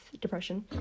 depression